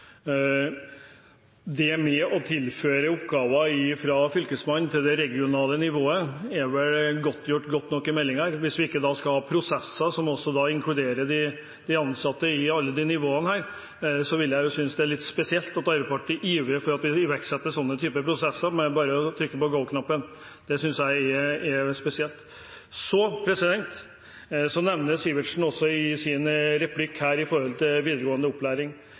revitalisert med det som nå er lagt fram? For å starte på nytt, hvis jeg uttalte meg lite tilfredsstillende for Sivertsen, som jeg skjønner har legeattest på at han hører godt: Det å tilføre oppgaver fra Fylkesmannen til det regionale nivået er godtgjort nok i meldingen. Hvis vi ikke da også skal ha prosesser som inkluderer de ansatte i alle nivåene her, vil jeg synes det er litt spesielt at Arbeiderpartiet ivrer etter å iverksette sånne typer prosesser ved bare å trykke på «go-knappen». Det synes jeg er spesielt. Så nevner Sivertsen også i